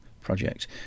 project